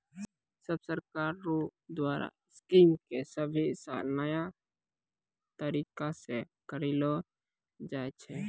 सब सरकार रो द्वारा स्कीम के सभे साल नया तरीकासे करलो जाए छै